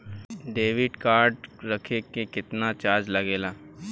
Debit card रखे के केतना चार्ज लगेला?